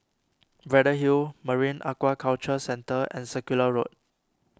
Braddell Hill Marine Aquaculture Centre and Circular Road